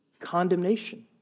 condemnation